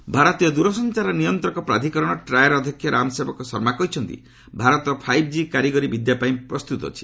try ଭାରତୀୟ ଦୂର ସଞ୍ଚାର ନିୟନ୍ତକ ପ୍ରାଧିକରଣ ଟ୍ରାଏର ଅଧ୍ୟକ୍ଷ ରାମସେବକ ଶର୍ମା କହିଛନ୍ତି ଭାରତ ଫାଇଭ୍ ଜି କାରିଗରି ବିଦ୍ୟା ପାଇଁ ପ୍ରସ୍ତତ ଅଛି